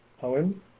poem